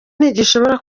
ntigishobora